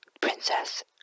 Princess